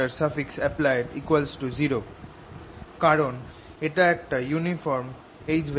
Happlied 0 কারণ এটা একটা ইউনিফর্ম H